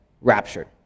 raptured